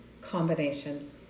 combination